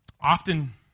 Often